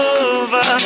over